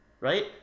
Right